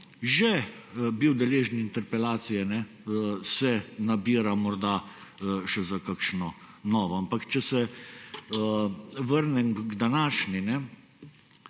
že bil deležen interpelacije, se morda nabira še za kakšno novo. Ampak naj se vrnem k današnji.